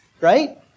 Right